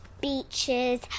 Beaches